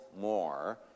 more